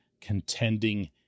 contending